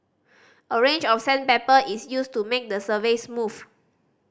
a range of sandpaper is used to make the surface smooth